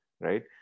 right